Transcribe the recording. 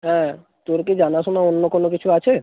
হ্যাঁ তোর কি জানাশোনা অন্য কোনো কিছু আছে